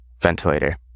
ventilator